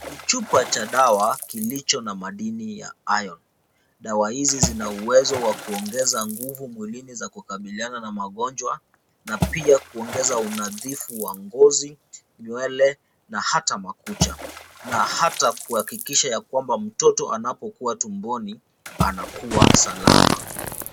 Chupa cha dawa kilicho na madini ya iron (cs),dawa hizi zina uwezo wa kuongeza nguvu mwilini za kukabiliana na magonjwa na pia kuongeza unadhifu wa ngozi, nywele na ata makucha ,na ata kuhakikisha ya kwamba mtoto anapokuwa tumboni anakuwa salama .